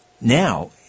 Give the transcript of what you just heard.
now